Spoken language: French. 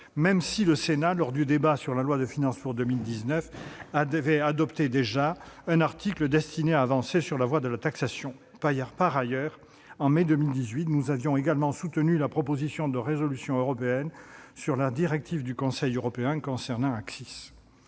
déjà adopté, lors du débat sur la loi de finances pour 2019, un article destiné à avancer sur la voie de la taxation. Par ailleurs, en mai 2018, nous avions également soutenu la proposition de résolution européenne sur la directive du Conseil de l'Union concernant le